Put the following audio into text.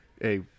Hey